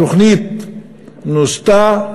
התוכנית נוסתה,